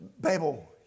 Babel